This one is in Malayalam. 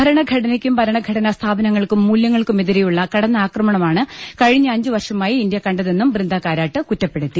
ഭരണഘടനയ്ക്കും ഭരണഘടനാ സ്ഥാപനങ്ങൾക്കും മൂല്യങ്ങൾക്കുമെതിരെയുള്ള കടന്നാക്രമണമാണ് കഴിഞ്ഞ അഞ്ചുവർഷമായി ഇന്ത്യ കണ്ടതെന്നും ബൃന്ദ കാരാട്ട് കുറ്റപ്പെടു ത്തി